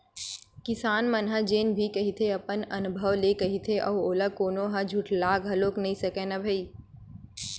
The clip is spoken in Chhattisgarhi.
सियान मन ह जेन भी कहिथे अपन अनभव ले कहिथे अउ ओला कोनो ह झुठला घलोक नइ सकय न भई